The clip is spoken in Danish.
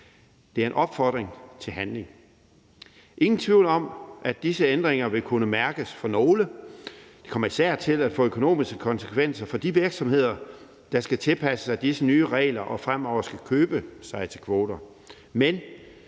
Det er en opfordring til handling. Der er ingen tvivl om, at disse ændringer vil kunne mærkes for nogle. De kommer især til at få økonomiske konsekvenser for de virksomheder, der skal tilpasse sig disse nye regler og fremover skal købe sig til kvoter.